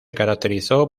caracterizó